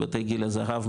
בבתי גיל הזהב,